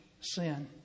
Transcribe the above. sin